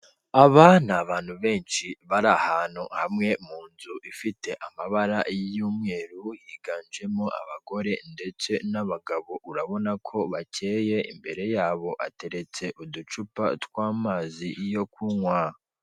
Aba ni abantu benshi bari ahantu hamwe mu nzu ifite amabara y'umweru higanjemo abagore ndetse n'abagabo urabona ko bakeyeye imbere yabo hateretse uducupa tw'amazi yo kunywa